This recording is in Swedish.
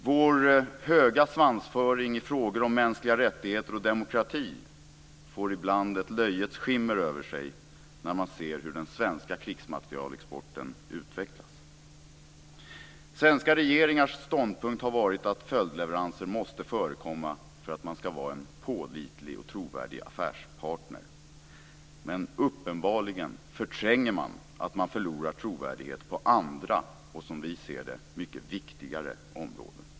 Vår höga svansföring i frågor om mänskliga rättigheter och demokrati får ibland ett löjets skimmer över sig när man ser hur den svenska krigsmaterielexporten utvecklas. Svenska regeringars ståndpunkt har varit att följdleveranser måste förekomma för att man ska vara en pålitlig och trovärdig affärspartner. Men uppenbarligen förtränger man att man förlorar trovärdighet på andra, och som vi ser det, mycket viktigare områden.